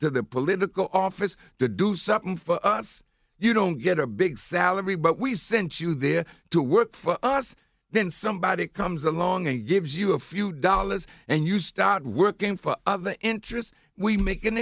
to the political office to do something for us you don't get a big salary but we sent you there to work for us then somebody comes along and gives you a few dollars and you start working for the interest we make an